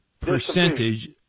percentage